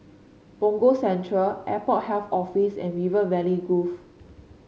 Punggol Central Airport Health Office and River Valley Grove